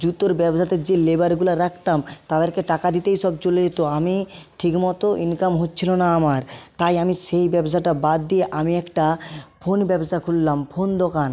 জুতার ব্যবসাতে যে লেবারগুলা রাখতাম তাদেরকে টাকা দিতেই সব চলে যেতো আমি ঠিক মতো ইনকাম হচ্ছিলো না আমার তাই আমি সেই ব্যবসাটা বাদ দিয়ে আমি একটা ফোন ব্যবসা খুললাম ফোন দোকান